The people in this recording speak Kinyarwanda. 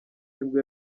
nibwo